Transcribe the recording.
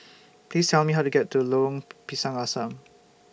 Please Tell Me How to get to Lorong Pisang Asam